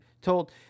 told